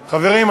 חברים,